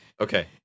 Okay